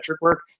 work